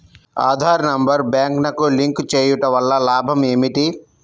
Aadhaar number బ్యాంక్నకు link చేయుటవల్ల లాభం ఏమిటి?